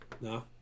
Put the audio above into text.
No